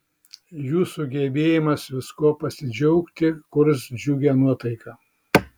jūsų gebėjimas viskuo pasidžiaugti kurs džiugią nuotaiką